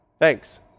Thanks